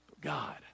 God